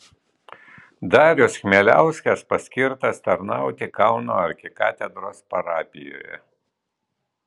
darius chmieliauskas paskirtas tarnauti kauno arkikatedros parapijoje